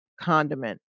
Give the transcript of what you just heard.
condiment